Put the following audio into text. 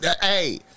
Hey